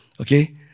Okay